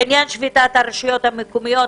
בעניין שביתת הרשויות המקומיות,